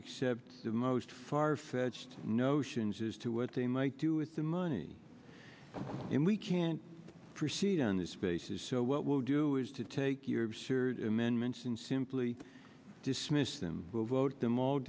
except the most far fetched notions as to what they might do with the money and we can't proceed on this basis so what we'll do is to take your absurd amendments and simply dismiss them vote them all